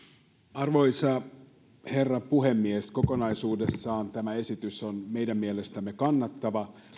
arvoisa herra puhemies kokonaisuudessaan tämä esitys on meidän mielestämme kannatettava